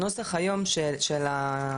הנוסח היום של החיקוקים,